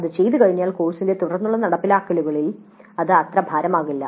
അത് ചെയ്തുകഴിഞ്ഞാൽ കോഴ്സിന്റെ തുടർന്നുള്ള നടപ്പാക്കലുകളിൽ ഇത് അത്ര ഭാരമാകില്ല